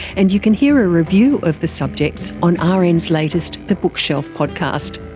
and you can hear a review of the subjects on ah rn's latest the bookshelf podcast.